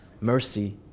mercy